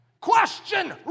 Question